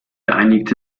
einigte